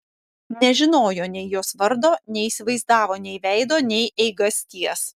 nežinojo nei jos vardo neįsivaizdavo nei veido nei eigasties